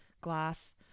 glass